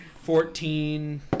Fourteen